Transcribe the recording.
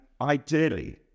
ideally